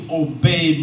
obey